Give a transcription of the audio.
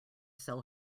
sell